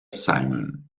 simon